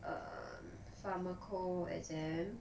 um pharma co exam